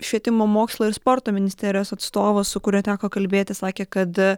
švietimo mokslo ir sporto ministerijos atstovas su kuriuo teko kalbėtis sakė kad